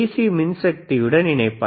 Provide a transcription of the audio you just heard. C மின்சக்தியுடன் இணைப்பார்